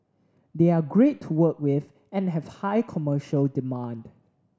they are great to work with and have high commercial demand